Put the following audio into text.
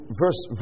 verse